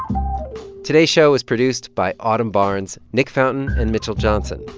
today show is produced by autumn barnes, nick fountain and mitchell johnson.